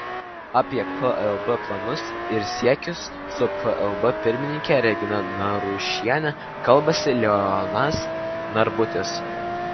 apie plb planus ir siekius su plb pirmininke regina narušiene kalbasi leonas narbutis